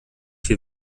viel